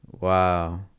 Wow